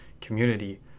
community